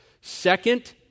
Second